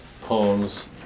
poems